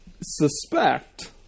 suspect